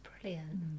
brilliant